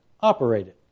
operated